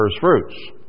firstfruits